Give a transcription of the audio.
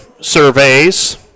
surveys